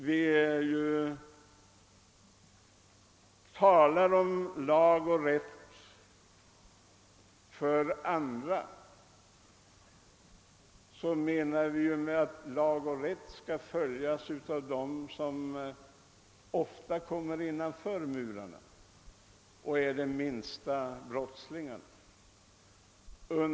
När vi talar om lag och rätt för andra menar vi att lag och rätt skall iakttas av dem som ofta kommer innanför murarna men som många gånger är de minsta brottslingarna.